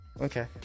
Okay